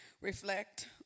reflect